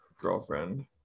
girlfriend